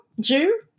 Ju